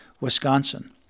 Wisconsin